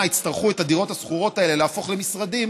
יצטרכו את הדירות השכורות האלה להפוך למשרדים,